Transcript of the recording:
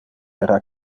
era